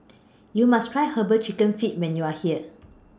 YOU must Try Herbal Chicken Feet when YOU Are here